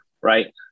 Right